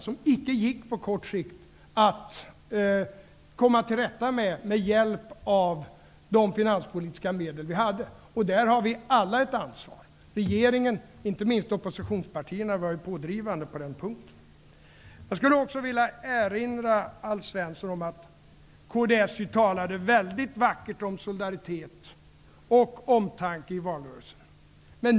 Det gick inte att på kort sikt komma till rätta med det med hjälp av de finanspolitiska medel vi hade. Där har vi alla ett ansvar. Inte minst de dåvarande oppositionspartierna var pådrivande på den punkten. Jag skulle också vilja erinra Alf Svensson om att kds talade mycket vackert om solidaritet och omtanke i valrörelsen.